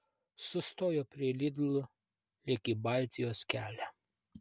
sustojo prie lidl lyg į baltijos kelią